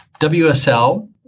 WSL